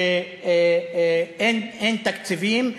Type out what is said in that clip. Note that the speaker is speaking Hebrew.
שאין תקציבים.